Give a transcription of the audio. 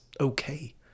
okay